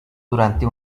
durante